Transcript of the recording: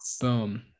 Boom